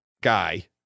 guy